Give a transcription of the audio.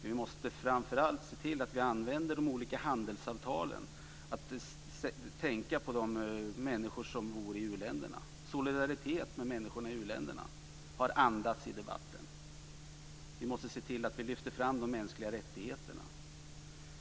Vi måste framför allt se till att vi använder de olika handelsavtalen. Vi måste tänka på de människor som bor i u-länderna. Solidaritet med människorna i u-länderna har andats i debatten. Vi måste se till att vi lyfter fram de mänskliga rättigheterna.